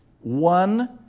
one